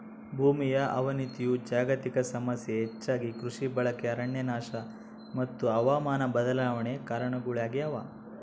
ಭೂಮಿಯ ಅವನತಿಯು ಜಾಗತಿಕ ಸಮಸ್ಯೆ ಹೆಚ್ಚಾಗಿ ಕೃಷಿ ಬಳಕೆ ಅರಣ್ಯನಾಶ ಮತ್ತು ಹವಾಮಾನ ಬದಲಾವಣೆ ಕಾರಣಗುಳಾಗ್ಯವ